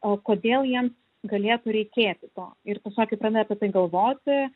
o kodėl jiem galėtų reikėti to ir tiesiog kai pradedi apie tai galvoti